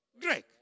Greg